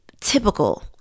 typical